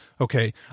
okay